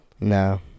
no